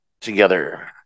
together